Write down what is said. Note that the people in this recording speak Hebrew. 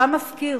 אתה מפקיר.